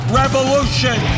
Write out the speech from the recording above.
revolution